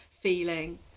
feeling